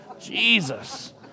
Jesus